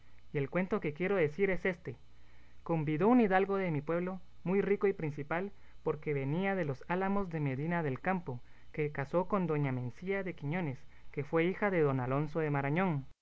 y el cuento que quiero decir es éste convidó un hidalgo de mi pueblo muy rico y principal porque venía de los álamos de medina del campo que casó con doña mencía de quiñones que fue hija de don alonso de marañón